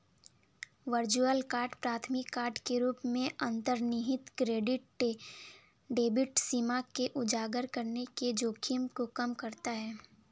virtual card प्राथमिक card के रूप में अंतर्निहित क्रेडिट डेबिट सीमा को उजागर करने के जोखिम को कम करता है